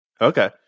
Okay